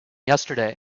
yesterday